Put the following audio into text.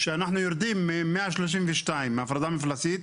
שאנחנו יורדים מ-132 מההפרדה המפלסית,